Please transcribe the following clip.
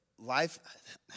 Life